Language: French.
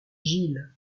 gilles